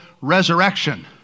resurrection